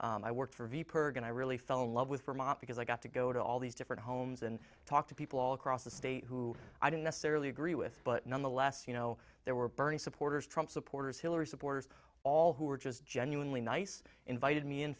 projects i worked for her going to really fell in love with vermont because i got to go to all these different homes and talk to people all across the state who i don't necessarily agree with but nonetheless you know there were burning supporters trump supporters hillary supporters all who were just genuinely nice invited me